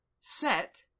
set